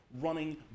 running